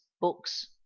books